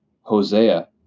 Hosea